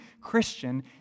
Christian